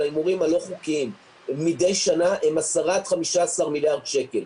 ההימורים הלא חוקיים מדי שנה הם 10 עד 15 מיליארד שקל.